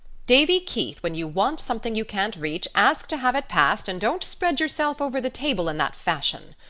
davy keith, when you want something you can't reach, ask to have it passed and don't spread yourself over the table in that fashion.